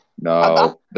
No